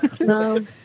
No